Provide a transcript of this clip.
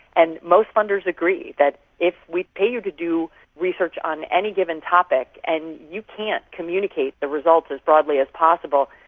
and most funders agree that if we pay you to do research on any given topic and you can't communicate the results as broadly as possible,